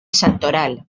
santoral